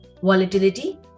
Volatility